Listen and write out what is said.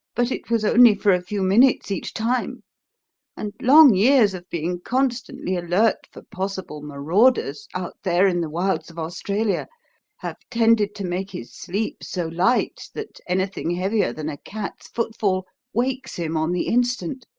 but it was only for a few minutes each time and long years of being constantly alert for possible marauders out there in the wilds of australia have tended to make his sleep so light that anything heavier than a cat's footfall wakes him on the instant.